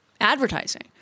Advertising